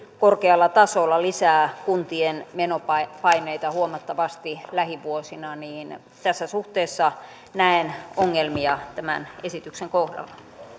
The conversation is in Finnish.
korkealla tasolla oleva työttömyys lisää kuntien menopaineita huomattavasti lähivuosina niin tässä suhteessa näen ongelmia tämän esityksen kohdalla